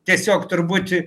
tiesiog turbūt